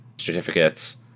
certificates